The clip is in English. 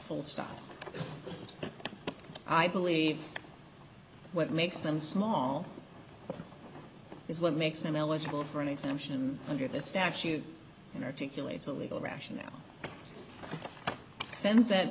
full stop i believe what makes them small is what makes them eligible for an exemption under this statute and articulate a legal rationale sends that